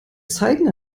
zeigen